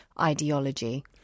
ideology